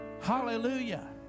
Hallelujah